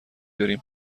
داریم